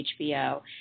HBO